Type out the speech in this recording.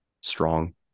strong